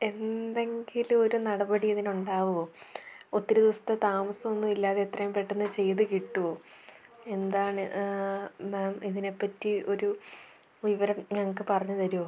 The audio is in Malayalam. എന്തെങ്കിലൊരു നടപടി ഇതിനുണ്ടാകുമോ ഒത്തിരി ദിവസത്തെ താമസമൊന്നും ഇല്ലാതെത്രയും പെട്ടെന്ന് ചെയ്ത് കിട്ടുമോ എന്താണ് മാം ഇതിനെ പറ്റി ഒരു വിവരം ഞങ്ങൾക്ക് പറഞ്ഞു തരുമോ